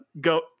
go